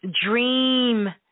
Dream